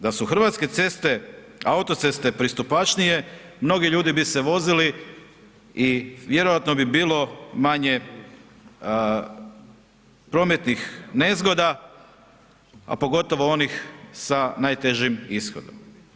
Da su hrvatske ceste, autoceste pristupačnije mnogi ljudi bi se vozili i vjerojatno bi bilo manje prometnih nezgoda, a pogotovo onih sa najtežim ishodom.